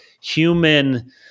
human